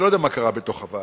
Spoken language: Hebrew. אני לא יודע מה קרה בתוך הוועדה.